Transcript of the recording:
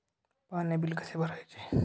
पाणी बिल कसे भरायचे?